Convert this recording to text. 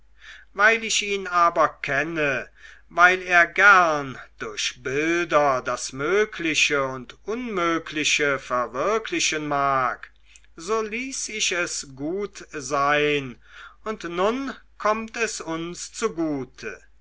weil ich ihn aber kenne weil er gern durch bilder das mögliche und unmögliche verwirklichen mag so ließ ich es gut sein und nun kommt es uns zugute